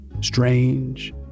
Strange